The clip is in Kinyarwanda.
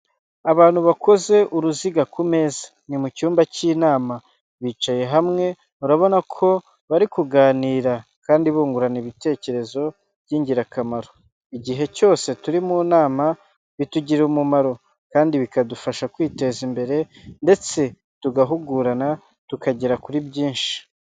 Abantu bakoze uruziga ku meza. Ni mu cyumba cy'inama bicaye hamwe, urabona ko bari kuganira kandi bungurana ibitekerezo b'ingirakamaro. Igihe cyose turi mu nama bitugirira umumaro kandi bikadufasha kwiteza imbere ndetse tugahugurana tukagera kuri byinshi.